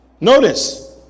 notice